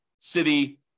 city